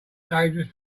dangerous